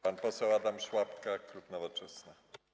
Pan poseł Adam Szłapka, klub Nowoczesna.